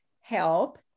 Help